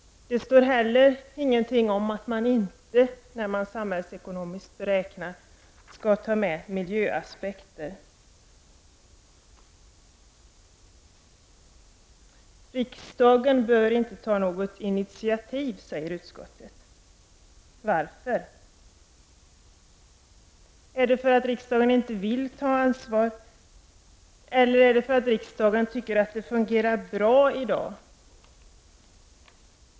Det står heller ingenting om att man inte i de samhällsekonomiska beräkningarna skall ta med miljöaspekter. Riksdagen bör inte ta något initiativ, säger utskottet. Varför? Är det för att riksdagen inte vill ta ansvar, eller är det för att riksdagen tycker att det fungerar bra i dag?